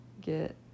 get